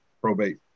probate